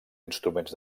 instruments